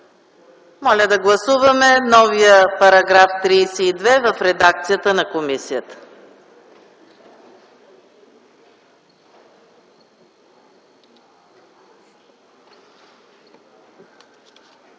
Моля да гласуваме новия § 32 в редакцията на комисията.